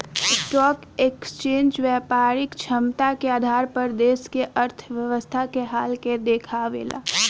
stock exchange व्यापारिक क्षमता के आधार पर देश के अर्थव्यवस्था के हाल के देखावेला